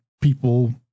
people